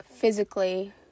physically